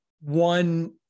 one